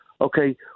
Okay